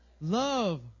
Love